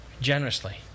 generously